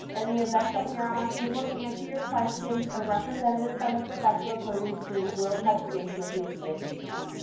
and the event that we're unable to answer your questions, a representative from the professional programs team will touch base with you via email.